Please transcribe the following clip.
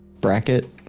bracket